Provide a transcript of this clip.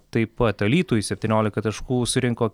taip pat alytui septyniolika taškų surinko